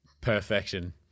Perfection